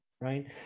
right